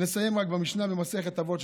נסיים רק במשנה במסכת אבות,